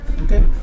Okay